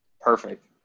Perfect